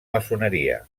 maçoneria